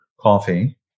coffee